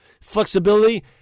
flexibility